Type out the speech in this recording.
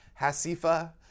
Hasifa